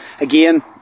again